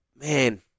man